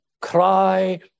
cry